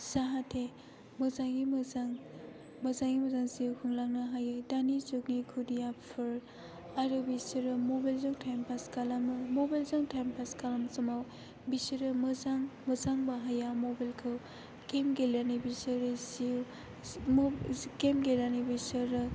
जाहाथे मोजाङै मोजां मोजाङै मोजां जिउ खुंलांनो हायो दानि जुगनि खुदियाफोर आरो बिसोरो मबाइलजों टाइम पास खालामो मबाइलजों टाइम पास खालामनाय समाव बिसोरो मोजां बाहाया मबाइलखौ गेम गेलेनो बिसोरो जि गेम गेलेनानै बिसोरो